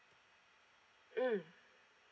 mm